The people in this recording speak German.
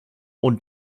und